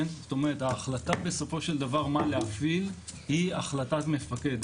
ההחלטה בסופו של דבר מה להפעיל היא החלטת מפקד.